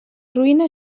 ruïna